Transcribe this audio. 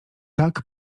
tak